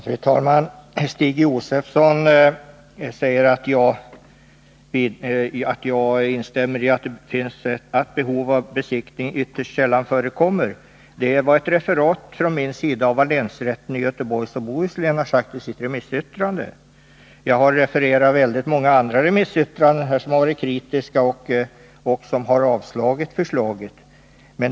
Fru talman! Stig Josefson säger att jag instämmer i uttalandet att behov av besiktning ytterst sällan förekommer. Från min sida var det ett referat av vad länsrätten i Göteborgs och Bohus län sagt i sitt remissyttrande. Jag har också här från talarstolen refererat många andra remissyttranden, där man framfört kritik och avstyrkt förslaget.